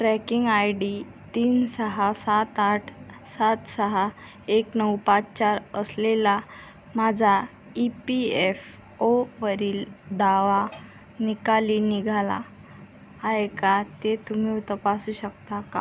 tracking I D तीन सहा सात आठ सात सहा एक नऊ पाच चार असलेला माझा ई पी एफ ओवरील दावा निकाली निघाला आहे का ते तुम्ही तपासू शकता का